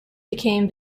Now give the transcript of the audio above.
became